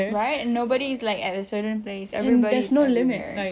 right nobody is like at a certain place everybody is everywhere